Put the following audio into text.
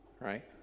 right